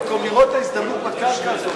במקום לראות את ההזדמנות בקרקע הזאת,